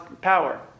power